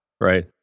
right